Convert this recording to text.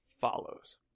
follows